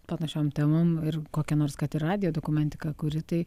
panašiom temom ir kokia nors kad ir radijo dokumentika kuri tai